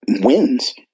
wins